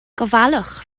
gofalwch